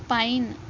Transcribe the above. pine